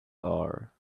are